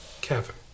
Kevin